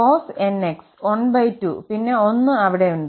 cos𝑛𝑥 12 പിന്നെ 1 അവിടെയുണ്ട്